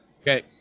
okay